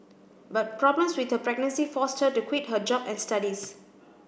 but problems with her pregnancy forced her to quit her job and studies